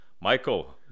Michael